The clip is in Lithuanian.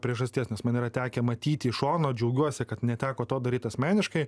priežasties nes man yra tekę matyti iš šono džiaugiuosi kad neteko to daryt asmeniškai